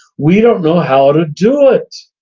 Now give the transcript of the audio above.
we don't know how to do it.